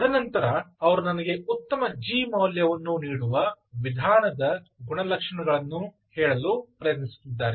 ತದನಂತರ ಅವರು ನನಗೆ ಉತ್ತಮ G ಮೌಲ್ಯವನ್ನು ನೀಡುವ ವಿಧಾನದ ಗುಣಲಕ್ಷಣಗಳನ್ನು ಹೇಳಲು ಪ್ರಯತ್ನಿಸುತ್ತಿದ್ದಾರೆ